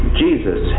jesus